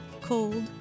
cold